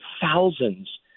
thousands